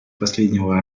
последнего